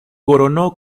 coronó